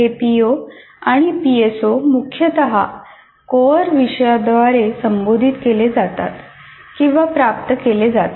हे पीओ आणि पीएसओ मुख्यत कोर विषयद्वारे संबोधित केले जातात किंवा प्राप्त केले जातात